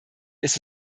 ist